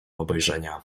obejrzenia